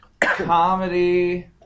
comedy